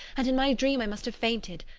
and in my dream i must have fainted,